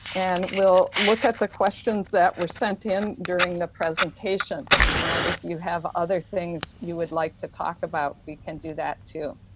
and we'll look at the questions that were sent in during the presentation and if you have other things you would like to talk about we can do that, too.